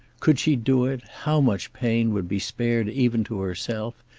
could she do it, how much pain would be spared even to herself!